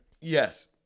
Yes